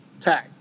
tag